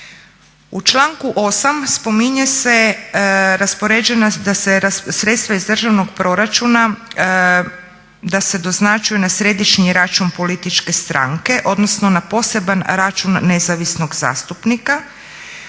U članku 8. spominje se da se sredstva iz državnog proračuna da se doznačuju na središnji račun političke stranke odnosno na poseban račun nezavisnog zastupnika.